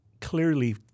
clearly